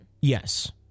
Yes